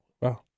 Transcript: wow